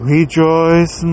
Rejoice